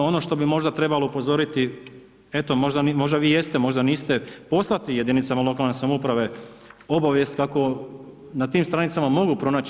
Ono što bi možda trebalo upozoriti, eto, možda vi jeste, možda niste poslati jedinicama lokalne samouprave obavijest kako na tim stranicama mogu pronaći.